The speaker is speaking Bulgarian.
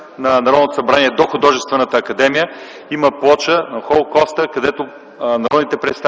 на Народното събрание, до Художествената академия има плоча на Холокоста, където народните представител